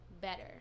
better